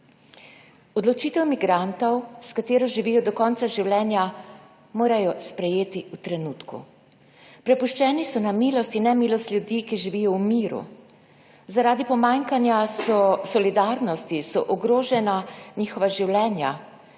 Odločitev migrantov s katero živijo do konca življenja, morajo sprejeti v trenutku. Prepuščeni so na milost in nemilost ljudi, ki živijo v miru. Zaradi pomanjkanja solidarnosti so ogrožena njihova življenja,